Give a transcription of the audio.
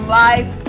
life